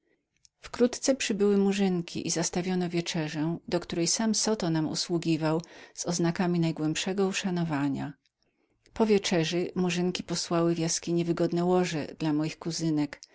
wkrótce przybyły murzynki zastawiono wieczerzę do której sam zoto nam usługiwał z oznakami najgłębszego uszanowania po wieczerzy murzynki posłały w jaskini wygodne łoże dla moich